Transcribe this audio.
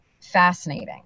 fascinating